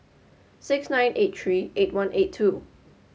six nine eight three eight one eight two